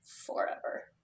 forever